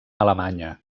alemanya